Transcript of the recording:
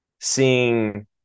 seeing